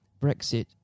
Brexit